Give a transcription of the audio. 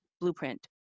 blueprint